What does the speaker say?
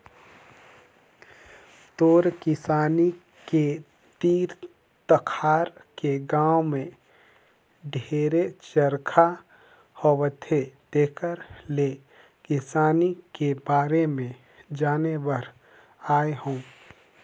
तोर किसानी के तीर तखार के गांव में ढेरे चरचा होवथे तेकर ले किसानी के बारे में जाने बर आये हंव